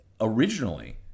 Originally